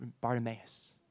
Bartimaeus